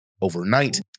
overnight